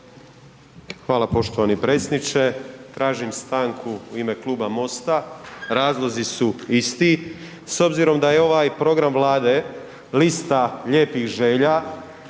Hvala poštovani predsjedniče, tražim stanku u ime Kluba MOST-a, razlozi su isti. S obzirom da je ovaj program vlade lista lijepih želja,